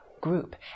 group